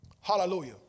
Hallelujah